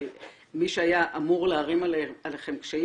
הרי מי שהיה אמור להערים עליכם קשיים